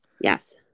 yes